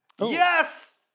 Yes